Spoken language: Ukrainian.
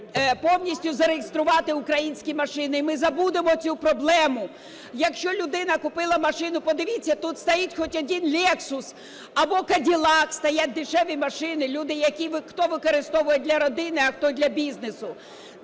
повністю зареєструвати українські машини, і ми забудемо цю проблему. Якщо людина купила машину, подивіться, тут стоїть хоч один "лексус" або "кадилак"? Стоять дешеві машини. Люди, хто використовує для родини, а хто для бізнесу.